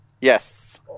Yes